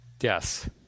Yes